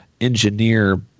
engineer